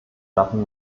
knappen